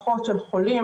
זה קרה כבר לפני שנה וחצי,